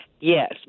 Yes